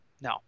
no